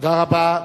תודה רבה.